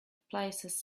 places